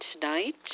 tonight